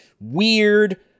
weird